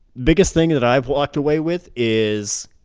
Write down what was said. biggest thing that i've walked away with is,